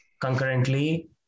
concurrently